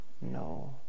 no